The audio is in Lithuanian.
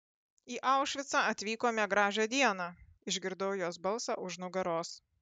į aušvicą atvykome gražią dieną išgirdau jos balsą už nugaros